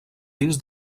dins